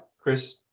Chris